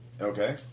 Okay